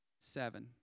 Seven